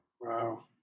wow